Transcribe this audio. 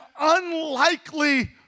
unlikely